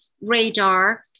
radar